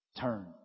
Turn